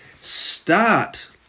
start